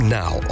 now